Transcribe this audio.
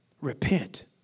repent